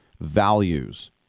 values